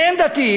שניהם דתיים,